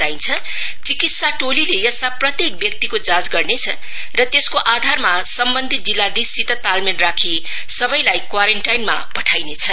बताइन्छ चिकित्सा टोलीले यस्ता प्रत्येक व्यक्तिको जाँच गर्नेछ र त्यसको आधारमा सम्बन्धित जिल्लाधीशसित तालमेल राखी सबैलाई कोरानटाइनमा पठाइनेछ